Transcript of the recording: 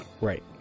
right